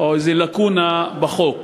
או איזו לקונה בחוק,